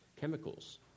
chemicals